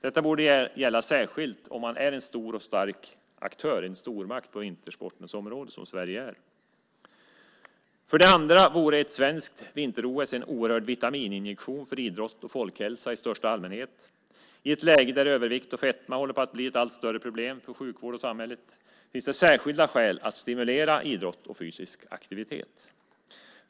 Detta borde särskilt gälla om man är en stor och stark aktör och en stormakt på vintersportens område som Sverige är. För det andra vore ett svenskt vinter-OS en vitamininjektion för idrott och folkhälsa i största allmänhet. I ett läge där övervikt och fetma håller på att bli ett allt större problem för sjukvård och samhälle finns det särskilda skäl att stimulera idrott och fysisk aktivitet.